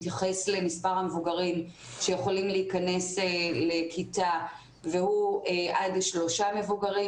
מתייחסות למספר המבוגרים שיכולים להיכנס לכיתה והוא עד שלושה מבוגרים,